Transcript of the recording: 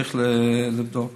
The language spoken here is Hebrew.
וצריך לבדוק.